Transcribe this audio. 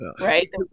right